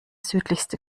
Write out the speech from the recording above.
südlichste